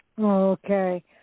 Okay